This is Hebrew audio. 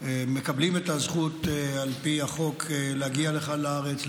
מקבלים את הזכות על פי החוק להגיע לכאן לארץ,